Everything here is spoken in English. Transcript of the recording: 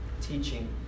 teaching